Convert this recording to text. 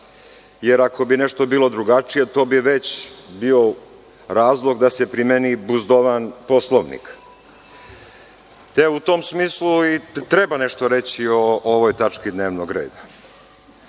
Jer, ako bi nešto bilo drugačije, to bi već bio razlog da se primeni buzdovan Poslovnik. Te, u tom smislu i treba nešto reći o ovoj tački dnevnog reda. Po